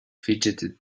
fidgeted